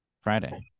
Friday